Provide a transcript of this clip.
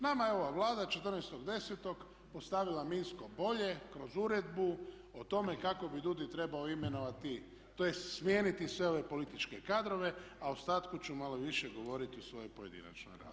Nama je ova Vlada 14.10. ostavila minsko polje kroz uredbu o tome kako bi DUUDI trebao imenovati tj. smijeniti sve ove političke kadrove, a o ostatku ću malo više govoriti u svojoj pojedinačnoj raspravi.